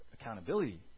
accountability